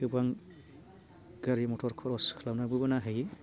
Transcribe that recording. गोबां गारि मथर खरस खालामनानैबो नायहैयो